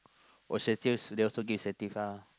oh they also give incentives ah